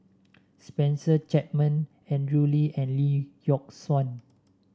Spencer Chapman Andrew Lee and Lee Yock Suan